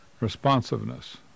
Responsiveness